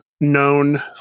known